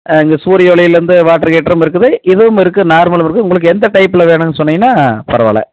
ஆ இந்த சூரிய ஒளியிலிருந்து வாட்டர் ஹீட்டரும் இருக்குது இதுவும் இருக்கு நார்மலும் இருக்கு உங்களுக்கு எந்த டைப்பில் வேணும்ன்னு சொன்னிங்ன்னா பரவாயில்ல